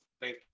thank